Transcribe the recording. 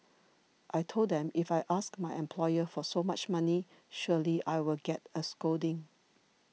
I told them if I ask my employer for so much money surely I will get a scolding